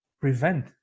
prevent